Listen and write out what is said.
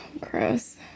Gross